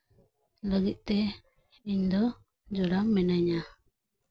ᱞᱟᱹᱜᱤᱫ ᱛᱮ ᱡᱚᱲᱟᱣ ᱢᱤᱱᱟᱹᱧᱟ